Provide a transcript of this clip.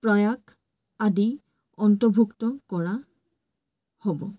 প্ৰয়াস আদি অন্তৰ্ভুক্ত কৰা হ'ব